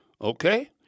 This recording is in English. Okay